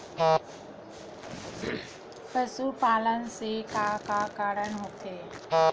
पशुपालन से का का कारण होथे?